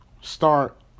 start